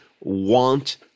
want